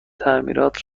تعمیرات